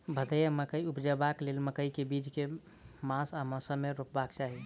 भदैया मकई उपजेबाक लेल मकई केँ बीज केँ मास आ मौसम मे रोपबाक चाहि?